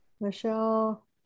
Michelle